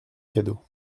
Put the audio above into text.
cadeau